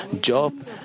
Job